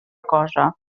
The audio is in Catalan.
cosa